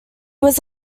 was